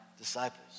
disciples